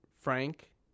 Frank